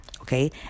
okay